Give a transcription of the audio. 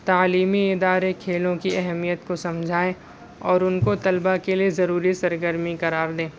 تعلیمی ادارے کھیلوں کی اہمیت کو سمجھائیں اور ان کو طلباء کے لیے ضروری سرگرمی قرار دیں